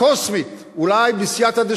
ואין תקיעה גדולה,